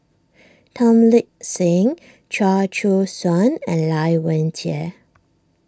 Tan Lip Seng Chia Choo Suan and Lai Weijie